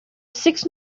six